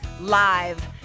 Live